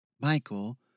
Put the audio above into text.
Michael